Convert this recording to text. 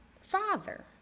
Father